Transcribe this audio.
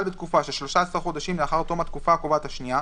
בתקופה של 13 חודשים לאחר תום התקופה הקובעת השנייה,